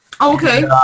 Okay